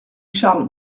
charles